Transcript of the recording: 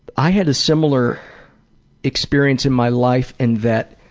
i had a similar experience in my life in that